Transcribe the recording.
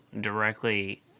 directly